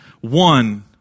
One